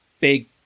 big